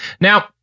Now